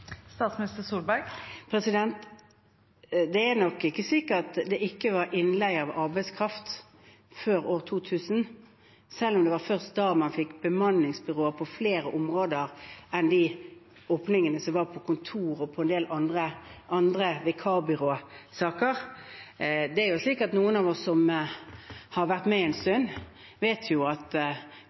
Det er ikke slik at det ikke var innleie av arbeidskraft før år 2000, selv om det var først da man fikk bemanningsbyråer på flere områder enn de områdene som det var åpning for, som var innenfor kontor og andre vikarbyråområder. De av oss som har vært med en stund, vet jo at